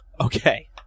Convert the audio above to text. Okay